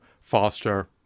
foster